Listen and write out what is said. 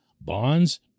Bonds